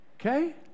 Okay